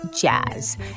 Jazz